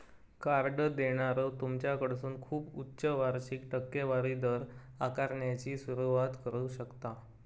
card देणारो तुमच्याकडसून खूप उच्च वार्षिक टक्केवारी दर आकारण्याची सुरुवात करू शकता